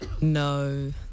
no